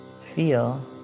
Feel